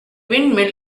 windmill